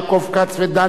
ודני דנון.